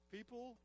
People